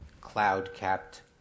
cloud-capped